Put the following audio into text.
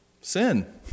sin